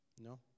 No